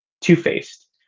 two-faced